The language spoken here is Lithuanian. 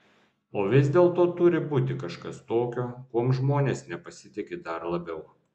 o vis dėlto turi būti kažkas tokio kuom žmonės nepasitiki dar labiau